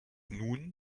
nun